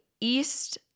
East